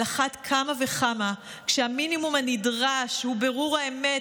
על אחת כמה וכמה כשהמינימום הנדרש הוא בירור האמת,